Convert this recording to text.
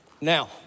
Now